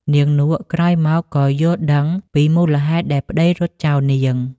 នាងនក់ ក្រោយមកក៏យល់ដឹងពីមូលហេតុដែលប្តីរត់ចោលនាង ។